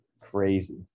crazy